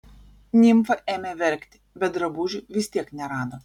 nimfa ėmė verkti bet drabužių vis tiek nerado